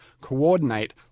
coordinate